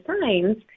signs